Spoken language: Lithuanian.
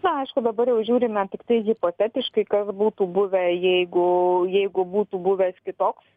na aišku dabar jau žiūrime tiktai hipotetiškai kas būtų buvę jeigu jeigu būtų buvęs kitoks